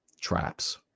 Traps